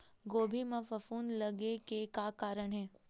गोभी म फफूंद लगे के का कारण हे?